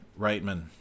Reitman